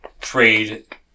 trade